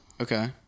okay